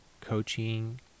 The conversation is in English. Coaching